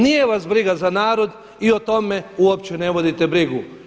Nije vas briga za narod i o tome uopće ne vodite brigu.